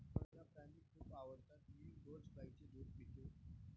मला प्राणी खूप आवडतात मी रोज गाईचे दूध पितो